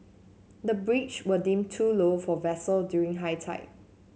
the bridge were deemed too low for vessel during high tide